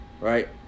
Right